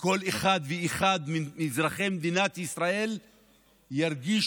וכל אחד ואחד מאזרחי מדינת ישראל ירגישו